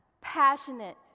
passionate